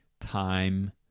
time